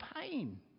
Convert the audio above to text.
pain